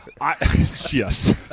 Yes